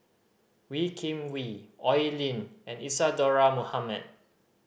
Wee Kim Wee Oi Lin and Isadhora Mohamed